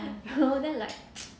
know then like